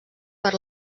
per